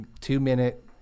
two-minute